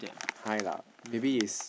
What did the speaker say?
high lah maybe is